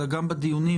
גם בדיונים,